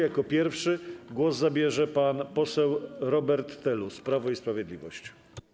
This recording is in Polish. Jako pierwszy głos zabierze pan poseł Robert Telus, Prawo i Sprawiedliwość.